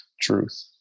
truth